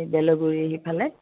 এই বেলগুৰি সিফালে